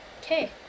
Okay